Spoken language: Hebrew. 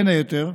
בין היתר,